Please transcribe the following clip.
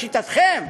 לשיטתכם.